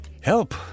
Help